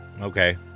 Okay